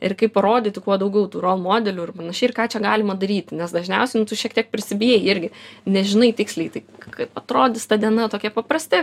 ir kaip parodyti kuo daugiau tų rol modelių ir panašiai ir ką čia galima daryti nes dažniausiai šiek tiek prisibijai irgi nežinai tiksliai tai kaip atrodys ta diena tokie paprasti